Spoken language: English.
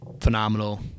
phenomenal